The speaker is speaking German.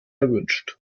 erwünscht